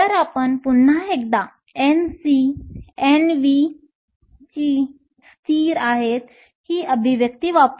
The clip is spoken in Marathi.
तर आपण पुन्हा एकदा Nc आणि Nv स्थिर आहेत ही अभिव्यक्ती वापरू